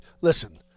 Listen